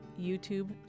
YouTube